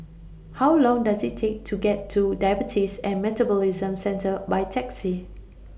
How Long Does IT Take to get to Diabetes and Metabolism Centre By Taxi